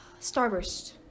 Starburst